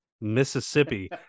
Mississippi